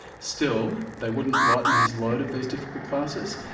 still they wouldn't lighten his load of these difficult classes.